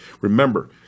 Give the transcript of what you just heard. Remember